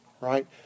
right